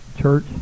church